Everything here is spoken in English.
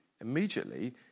Immediately